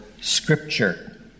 scripture